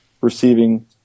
receiving